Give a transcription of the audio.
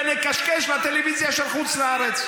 ולקשקש לטלוויזיה של חוץ לארץ.